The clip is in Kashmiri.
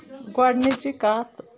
گۄڈٕنِچی کَتھ